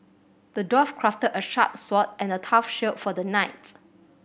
the dwarf crafted a sharp sword and a tough shield for the knights